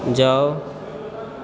जाउ